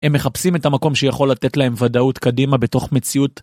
הם מחפשים את המקום שיכול לתת להם ודאות קדימה בתוך מציאות.